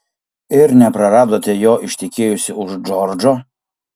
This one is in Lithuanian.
ir nepraradote jo ištekėjusi už džordžo